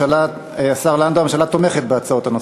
השר לנדאו, הממשלה תומכת בהצעות הנוספות?